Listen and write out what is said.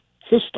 system